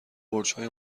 برجهای